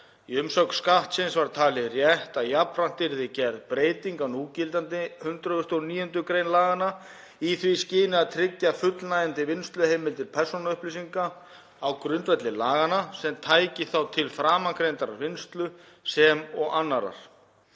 Í umsögn Skattsins var talið rétt að jafnframt yrði gerð breyting á núgildandi 109. gr. laganna í því skyni að tryggja fullnægjandi vinnsluheimildir persónuupplýsinga á grundvelli laganna sem tæki þá til framangreindrar vinnslu sem og annarrar.